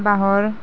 বাঁহৰ